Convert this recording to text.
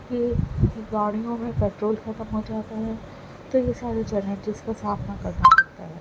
کہ گاڑیوں میں پیٹرول ختم ہو جاتا ہے تو یہ ساری چیلنجز کا سامنا کرنا پڑتا ہے